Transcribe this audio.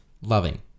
loving